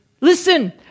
Listen